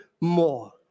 more